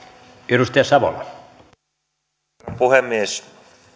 arvoisa herra puhemies